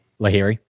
Lahiri